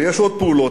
ויש עוד פעולות.